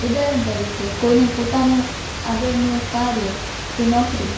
ઉદાહરણ તરીકે કોઈને પોતાનું આગળનું કાર્ય કે નોકરી